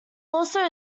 also